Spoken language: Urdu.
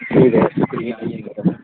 ٹھیک ہے شکریہ آئیے گا سر